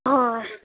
हा